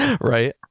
right